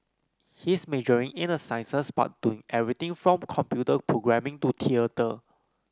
he is majoring in the sciences but doing everything from computer programming to theatre